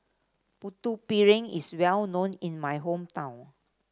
Putu Piring is well known in my hometown